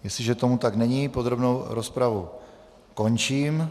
Jestliže tomu tak není, podrobnou rozpravu končím.